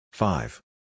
Five